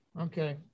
okay